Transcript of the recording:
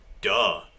duh